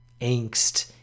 angst